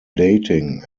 dating